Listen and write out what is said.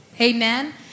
Amen